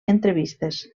entrevistes